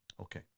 Okay